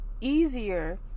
easier